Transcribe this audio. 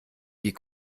die